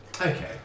Okay